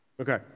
Okay